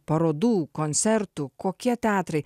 parodų koncertų kokie teatrai